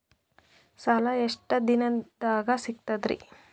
ಸಾಲಾ ಎಷ್ಟ ದಿಂನದಾಗ ಸಿಗ್ತದ್ರಿ?